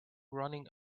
running